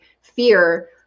fear